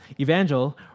Evangel